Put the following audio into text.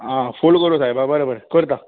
आ फूल करूं सायबा बरें बरें करतां